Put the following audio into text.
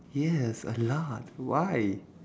yes a lot why